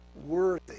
worthy